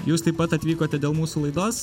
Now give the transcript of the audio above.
jūs taip pat atvykote dėl mūsų laidos